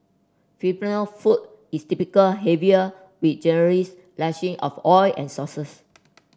Filipino food is typical heavier with generous lashing of oil and sauces